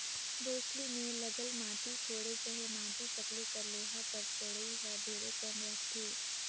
बउसली मे लगल माटी कोड़े चहे माटी सकेले कर लोहा कर चउड़ई हर ढेरे कम रहथे